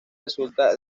resulta